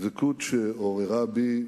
דבקות שעוררה בי,